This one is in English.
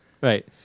Right